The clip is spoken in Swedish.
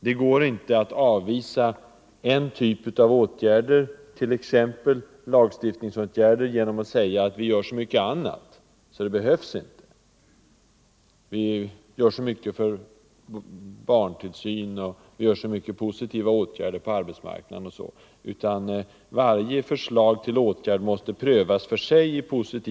Det går inte att avvisa en typ av åtgärder, t.ex. lagstiftning, genom att säga att vi gör så mycket annat — för barntillsyn, stöd på arbetsmarknaden osv. — att den inte behövs.